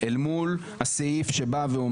יש הסכמה על